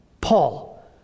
Paul